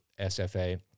SFA